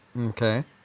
Okay